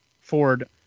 Ford